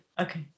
Okay